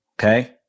Okay